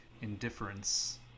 indifference